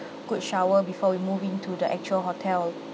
good shower before we move into the actual hotel